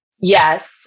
Yes